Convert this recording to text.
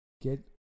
Get